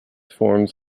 forms